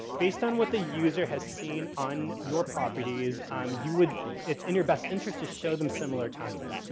based on what the user has seen on your properties um you would, it's in your best interest to show them similar content.